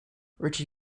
richie